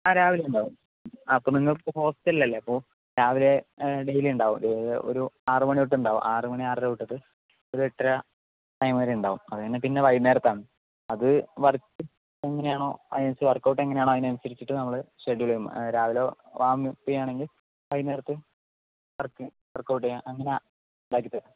ആ രാവിലെ ഉണ്ടാകും ആ ഇപ്പോൾ നിങ്ങളിപ്പോൾ ഹോസ്റ്റലിലല്ലേ അപ്പോൾ രാവിലെ ഡെയിലി ഉണ്ടാകും ഒരു ആറ് മണി തൊട്ട് ഉണ്ടാകും ആറ് മണി ആറര തൊട്ട് ഒരു ഏട്ടര ആ ടൈം വരെ ഉണ്ടാകും അതുകഴിഞ്ഞ് പിന്നെ വൈകുന്നേരത്താണ് അത് വർക്ക് എങ്ങനെയാണോ വർക്ക്ഔട്ട് എങ്ങനെയാണോ അതിനനുസരിച്ച് നമ്മള് ഷെഡ്യൂൾ ചെയ്യും രാവിലെ വാംഅപ്പ് ചെയ്യുവാണെങ്കിൽ വൈകുന്നേരത്ത് വർക്ക്ഔട്ട് ചെയ്യുക അങ്ങനെ ഇതാക്കി തരാം